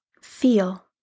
feel